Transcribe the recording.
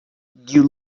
you